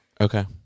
Okay